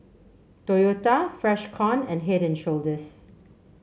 Toyota Freshkon and Head And Shoulders